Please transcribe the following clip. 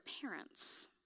parents